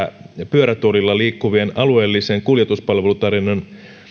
pyörätuolilla liikkuvien alueellisen kuljetuspalvelutarjonnan